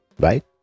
Right